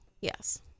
yes